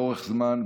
לאורך זמן,